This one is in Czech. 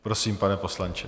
Prosím, pane poslanče.